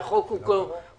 שהחוק הוא כללי.